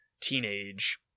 teenage